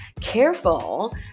Careful